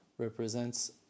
represents